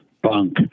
bunk